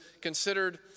considered